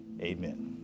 Amen